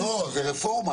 זו רפורמה.